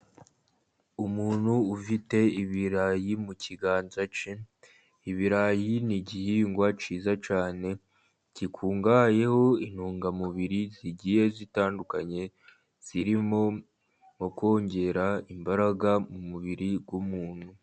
Umuntu ufite ibirayi mu kiganza cye, ibirayi ni igihingwa cyiza cyane, gikungahayeho intungamubiri zigiye zitandukanye, zirimo nko kongera imbaraga mu mubiri w'umuntu.